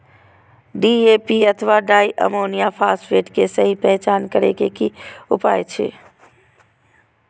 DAP अथवा diammonium phosphate के सहि पहचान करे के कि उपाय अछि?